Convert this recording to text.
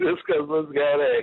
viskas bus gerai